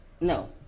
No